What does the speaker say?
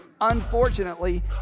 unfortunately